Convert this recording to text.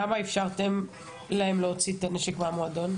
למה אפשרתם להם להוציא את הנשק מהמועדון?